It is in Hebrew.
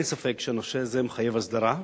אין ספק שהנושא הזה מחייב הסדרה.